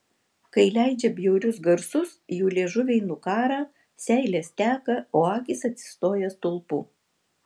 kai leidžia bjaurius garsus jų liežuviai nukąrą seilės teka o akys atsistoja stulpu